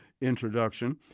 introduction